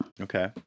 Okay